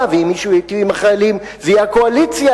ואם מישהו ייטיב עם החיילים זו תהיה הקואליציה,